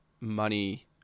money